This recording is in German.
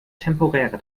temporäre